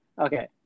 Okay